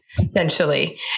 essentially